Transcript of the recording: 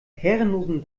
herrenlosen